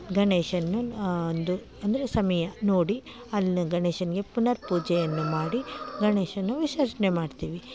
ಗಣೇಶನನ್ನು ಒಂದು ಅಂದರೆ ಸಮಯ ನೋಡಿ ಅಲ್ಲಿ ಗಣೇಶನಿಗೆ ಪುನರ್ ಪೂಜೆಯನ್ನು ಮಾಡಿ ಗಣೇಶನ ವಿಸರ್ಜನೆ ಮಾಡ್ತೀವಿ